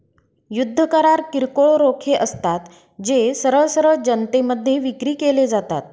युद्ध करार किरकोळ रोखे असतात, जे सरळ सरळ जनतेमध्ये विक्री केले जातात